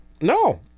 No